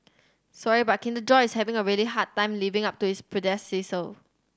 sorry but Kinder Joy is having a really hard time living up to its predecessor